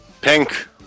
Pink